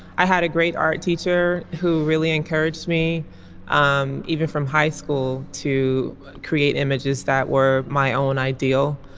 i had a great art teacher who really encouraged me um even from high school to create images that were my own ideal.